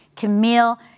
Camille